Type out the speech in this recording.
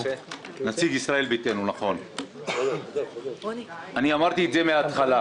אבל אני אומר לשר ואני מבקש מהשר,